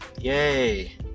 Yay